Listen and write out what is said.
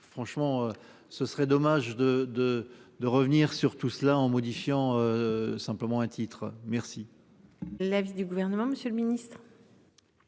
j'franchement ce serait dommage de, de, de revenir sur tout cela en modifiant. Simplement un titre. Merci. L'avis du gouvernement, Monsieur le Ministre.